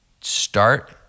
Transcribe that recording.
start